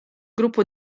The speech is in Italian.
gruppo